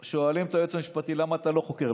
שואלים את היועץ המשפטי: למה אתה לא חוקר.